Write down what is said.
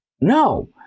No